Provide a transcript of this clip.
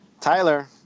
Tyler